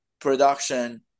production